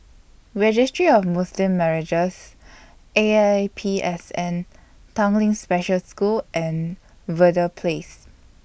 Registry of Muslim Marriages A I P S N Tanglin Special School and Verde Place